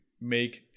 make